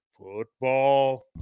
Football